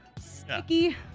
sticky